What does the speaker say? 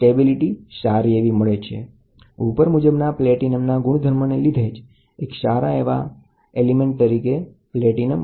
ઉચ્ત્તમ સ્થિરતા કેમિકલ એકરૂપતા ઊંચો થર્મલ ગુણાંક અવરોધ ની કિંમતમાં થતો ફેરફાર જાણી શકવાની સરળતા આવા ઉપર મુજબના પ્લૅટિનમ ના ગુણધર્મ ને લીધે જ એક સારા એવા RTD ઘટક તરીકે ઉપયોગી છે